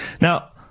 Now